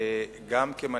גם כמנהיג,